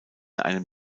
einem